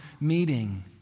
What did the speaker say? meeting